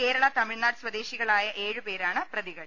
കേരള തമിഴ്നാട് സ്വദേശികളായ ഏഴ് പേരാണ് പ്രതി കൾ